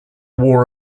war